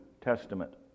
Testament